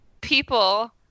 people